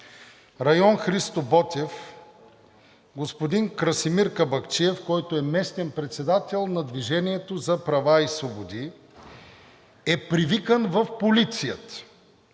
район „Христо Ботев“, господин Красимир Кабакчиев, който е местен председател на „Движение за права и свободи“, е привикан в полицията.